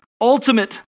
ultimate